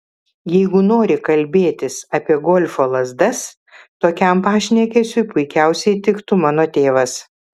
jeigu nori kalbėtis apie golfo lazdas tokiam pašnekesiui puikiausiai tiktų mano tėvas